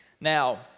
Now